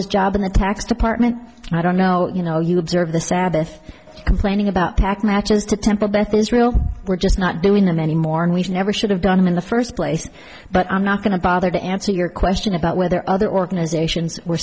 this job in the tax department i don't know you know you observe the sabbath complaining about tax matches to temple beth israel we're just not doing them any more and we never should have gone in the first place but i'm not going to bother to answer your question about whether other organizations were